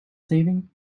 saving